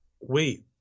wait